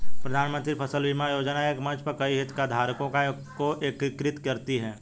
प्रधानमंत्री फसल बीमा योजना एक मंच पर कई हितधारकों को एकीकृत करती है